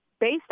based